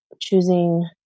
choosing